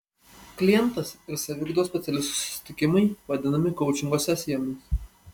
klientas ir saviugdos specialisto susitikimai vadinami koučingo sesijomis